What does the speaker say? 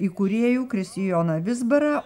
įkūrėjų kristijoną vizbarą